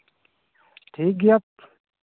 ᱴᱷᱤᱠ ᱜᱮᱭᱟ